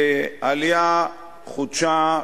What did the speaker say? והעלייה חודשה,